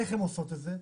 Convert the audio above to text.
איך הן עושות את זה?